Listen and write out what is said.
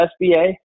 SBA